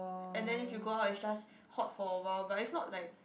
and then if you go out it's just hot for awhile but it's not like